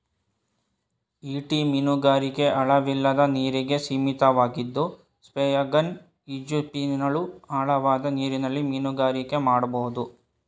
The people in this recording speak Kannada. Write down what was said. ಈಟಿ ಮೀನುಗಾರಿಕೆ ಆಳವಿಲ್ಲದ ನೀರಿಗೆ ಸೀಮಿತವಾಗಿದ್ದು ಸ್ಪಿಯರ್ಗನ್ ಈಜುಫಿನ್ಗಳು ಆಳವಾದ ನೀರಲ್ಲಿ ಮೀನುಗಾರಿಕೆ ಮಾಡ್ಬೋದು